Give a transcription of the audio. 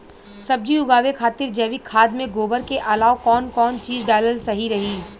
सब्जी उगावे खातिर जैविक खाद मे गोबर के अलाव कौन कौन चीज़ डालल सही रही?